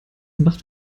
macht